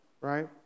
right